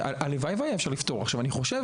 הלוואי שהיה אפשר לפתור אני לא חושב